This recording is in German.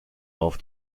auf